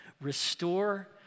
restore